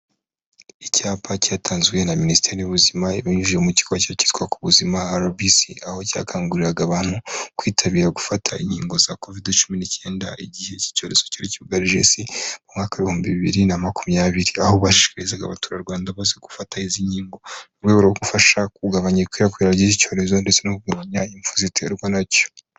Icyapa cyatanzwe na Minisiteri y'Ubuzima ibinyujije mu kigo kita ku buzima rbc, aho cyakanguriraga abantu kwitabira gufata inkingo za covid cumi n'icyenda igihe icyorezo cyari cyugarije isi, mu mwaka w'ibihumbi bibiri na makumyabiri, aho bashishikarizaga abaturarwanda bose gufata izi nkingo mu rwego rwo gufasha mu kugabanya ikwirakwira ry'icyo cyorezo ndetse no kugabanya impfu ziterwa nacyo.